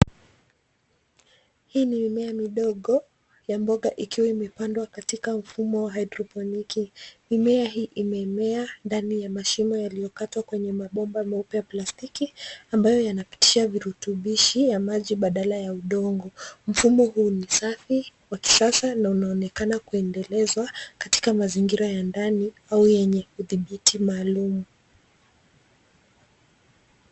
Hii ni mimea midogo ya mboga ikiwa imepandwa katika ufumo wa hydroponiki . Mimea hii imemea ndani ya mashimo yaliyokatwa kwenye mabomba meupe ya plastiki, ambayo yanapitisha virutubishi ya maji badala ya udongo. Mfumo huu ni safi, wa kisasa na unaonekana kuendelezwa katika mazingira ya ndani au yenye kudhibiti maalumu.